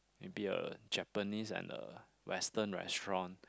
maybe a Japanese and a Western restaurant